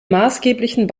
maßgeblichen